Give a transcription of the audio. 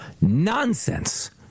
Nonsense